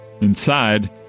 Inside